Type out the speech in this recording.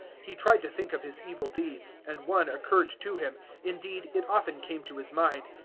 he tried to think of his evil deeds and one occurred to him indeed, it often came to his mind.